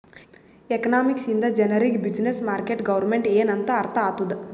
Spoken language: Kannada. ಎಕನಾಮಿಕ್ಸ್ ಇಂದ ಜನರಿಗ್ ಬ್ಯುಸಿನ್ನೆಸ್, ಮಾರ್ಕೆಟ್, ಗೌರ್ಮೆಂಟ್ ಎನ್ ಅಂತ್ ಅರ್ಥ ಆತ್ತುದ್